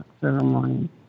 ceremony